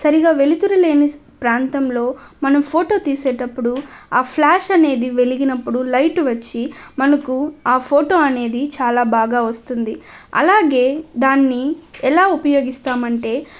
సరిగా వెలుతురు లేని ప్రాంతంలో మనం ఫోటో తీసేటప్పుడు ఆ ఫ్లాష్ అనేది వెలిగినప్పుడు లైటు వచ్చి మనకు ఆ ఫోటో అనేది చాలా బాగా వస్తుంది అలాగే దాన్ని ఎలా ఉపయోగిస్తాం అంటే